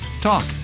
talk